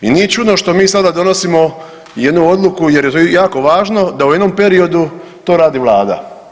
I nije čudno što mi sada donosimo jednu odluku jer je jako važno da u jednom periodu to radi vlada.